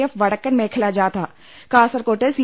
F വടക്കൻ മേഖലാ ജാഥ കാസർകോട്ട് സി